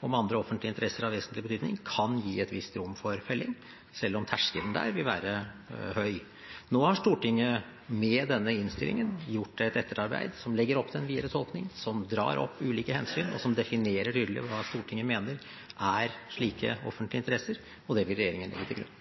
om andre offentlige interesser av vesentlig betydning kan gi et visst rom for felling, selv om terskelen der vil være høy. Nå har Stortinget med denne innstillingen gjort et etterarbeid som legger opp til en videre tolkning, som drar opp ulike hensyn, og som definerer tydelig hva Stortinget mener er slike offentlige interesser. Det vil regjeringen legge til grunn.